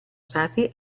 stati